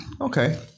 Okay